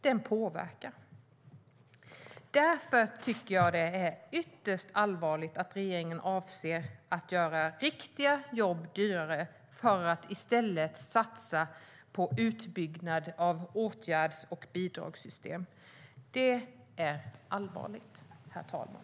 Därför är det ytterst allvarligt att regeringen avser att göra riktiga jobb dyrare för att i stället satsa på utbyggnad av åtgärds och bidragssystem. Det är allvarligt, herr talman.